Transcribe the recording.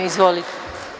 Izvolite.